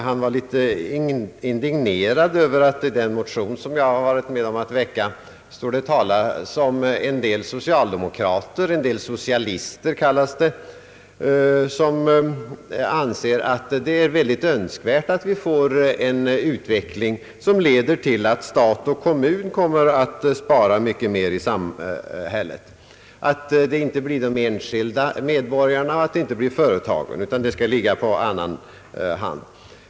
Han var litet indignerad över att i den motion som jag varit med om att väcka står det talat om att en del socialister anser det önskvärt att vi får en utveckling som leder till att stat och kommun sparar mycket mer i samhället; att det inte blir de enskilda medborgarna och företagen som sparar utan att detta skall ligga på en annan part.